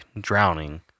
drowning